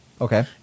okay